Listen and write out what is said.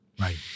Right